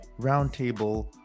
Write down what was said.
roundtable